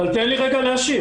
תן לי להשיב.